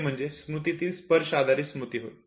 ते म्हणजे स्मृतीतील स्पर्श आधारित स्मृती होय